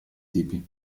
tipi